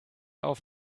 auf